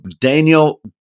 Daniel